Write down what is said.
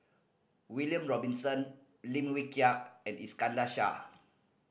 William Robinson Lim Wee Kiak and Iskandar Shah